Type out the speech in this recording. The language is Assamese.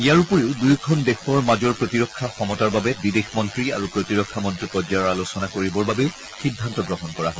ইয়াৰ উপৰিও দুয়োখন দেশৰ মাজৰ প্ৰতিৰক্ষা সমতাৰ বাবে বিদেশ মন্ত্ৰী আৰু প্ৰতিৰক্ষা মন্ত্ৰী পৰ্যায়ৰ আলোচনা কৰিবৰ বাবেও সিদ্ধান্ত গ্ৰহণ কৰা হয়